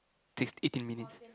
six eighteen minutes